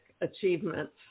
achievements